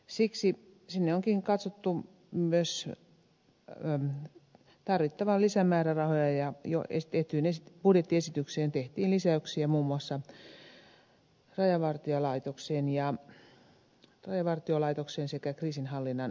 siksi sinne onkin katsottu myös tarvittavan lisämäärärahoja ja jo tehtyyn budjettiesitykseen tehtiin lisäyksiä muun muassa rajavartiolaitokseen sekä kriisinhallinnan erikoismateriaalihankintoihin